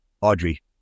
Audrey